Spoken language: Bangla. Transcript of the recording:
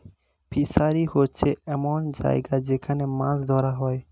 ফিশারি হচ্ছে এমন জায়গা যেখান মাছ ধরা হয়